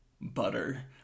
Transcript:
butter